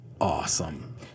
Awesome